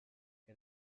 què